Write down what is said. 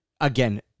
again